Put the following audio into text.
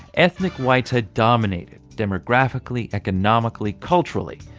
ethnic whites had dominated demographically, economically, culturally,